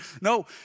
No